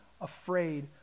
afraid